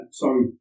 sorry